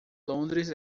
londres